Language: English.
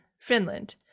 Finland